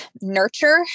nurture